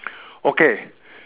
okay